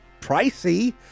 pricey